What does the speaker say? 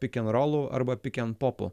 pikenrolu arba pikenpopu